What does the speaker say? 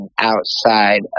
outside